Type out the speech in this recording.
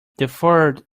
deferred